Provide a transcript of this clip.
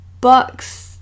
books